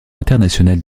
internationale